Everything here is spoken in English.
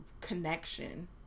connection